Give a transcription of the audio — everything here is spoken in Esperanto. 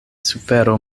sufero